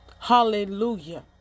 Hallelujah